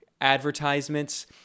advertisements